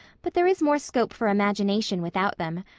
but there is more scope for imagination without them.